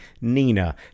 nina